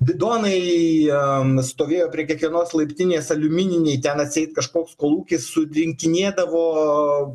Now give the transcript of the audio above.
bidonai am stovėjo prie kiekvienos laiptinės aliumininiai ten atseit kažkoks kolūkis sudinkinėdavo